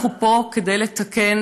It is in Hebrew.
אנחנו פה כדי לתקן,